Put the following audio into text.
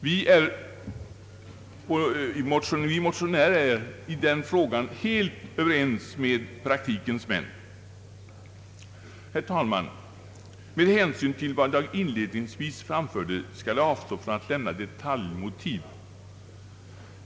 Vi motionärer är i den frågan helt överens med praktikens män. Herr talman! Med hänsyn till vad jag inledningsvis framförde skall jag avstå från att lämna detaljmotiv.